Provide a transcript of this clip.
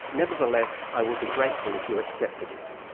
nevertheless i would be grateful if you accepted it.